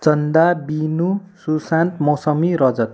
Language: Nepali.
चन्दा बिनु सुशान्त मौसमी रजत